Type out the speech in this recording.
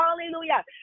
Hallelujah